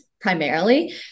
primarily